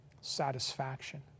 satisfaction